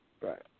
Right